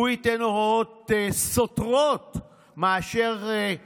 הוא ייתן הוראות סותרות לעומת מה ששר